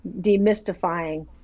demystifying